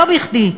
ולא בכדי.